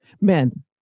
men